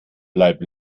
bleib